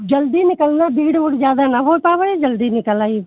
जल्दी निकलना भीड़ ऊड़ ज़्यादा ना हो पावै जल्दी निकल आई